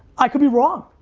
i could be wrong.